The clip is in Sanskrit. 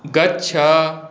गच्छ